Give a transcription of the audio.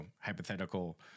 hypothetical